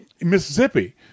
Mississippi